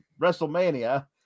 WrestleMania